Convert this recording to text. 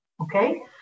okay